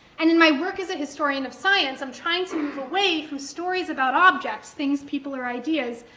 and in my work as a historian of science, i'm trying to move away from stories about objects, things, people, or ideas,